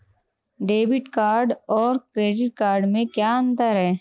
Debit card और credit card में क्या अंतर है?